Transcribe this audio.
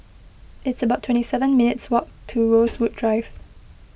it's about twenty seven minutes' walk to Rosewood Drive